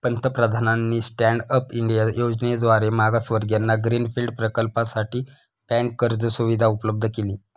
पंतप्रधानांनी stand up India योजनेद्वारे मागासवर्गीयांना ग्रीन फील्ड प्रकल्पासाठी बँक कर्ज सुविधा उपलब्ध केली